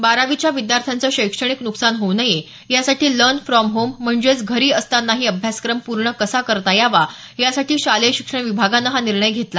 बारावीच्या विद्यार्थ्यांचं शैक्षणिक नुकसान होऊ नये यासाठी लर्न फ्रॉम होम म्हणजेच घरी असतांनाही अभ्यासक्रम पूर्ण कसा करता यावा यासाठी शालेय शिक्षण विभागानं हा निर्णय घेतला